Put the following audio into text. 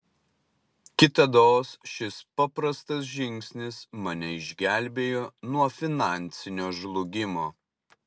kitados šis paprastas žingsnis mane išgelbėjo nuo finansinio žlugimo